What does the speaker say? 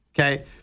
okay